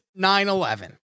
9-11